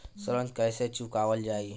ऋण कैसे चुकावल जाई?